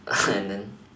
and then